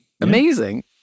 Amazing